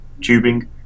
tubing